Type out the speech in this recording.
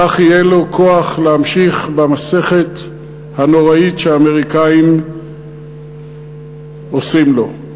כך יהיה לו כוח להמשיך במסכת הנוראית שהאמריקנים עושים לו,